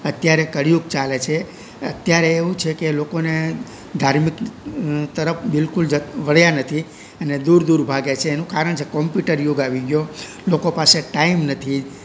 અત્યારે કળયુગ ચાલે છે અત્યારે એવું છે કે લોકોને ધાર્મિક તરફ બિલકુલ જ વળ્યા નથી અને દૂર દૂર ભાગે છે એનું કારણ છે કોમ્પ્યુટર યુગ આવી ગયો લોકો પાસે ટાઈમ નથી